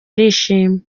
arishima